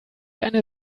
eine